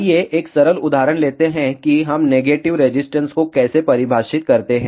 आइए एक सरल उदाहरण लेते हैं कि हम नेगेटिव रेजिस्टेंस को कैसे परिभाषित करते हैं